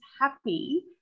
happy